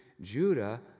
Judah